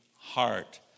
heart